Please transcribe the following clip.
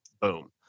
Boom